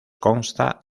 consta